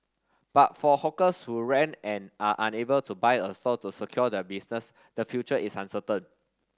but for hawkers who rent and are unable to buy a stall to secure their business the future is uncertain